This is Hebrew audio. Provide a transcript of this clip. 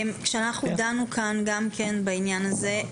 כשדנו כאן בעניין הזה,